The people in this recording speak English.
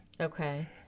Okay